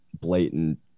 blatant